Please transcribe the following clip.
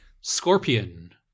Scorpion